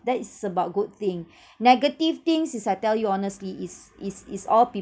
that is about good thing negative things is I tell you honestly is is is all